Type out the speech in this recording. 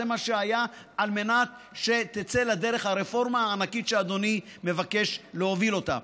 זה מה שהיה על מנת שתצא לדרך הרפורמה הענקית שאדוני מבקש להוביל אותה.